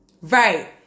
Right